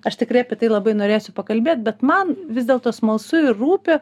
aš tikrai apie tai labai norėsiu pakalbėt bet man vis dėlto smalsu ir rūpi